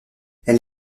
elle